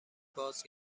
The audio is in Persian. باز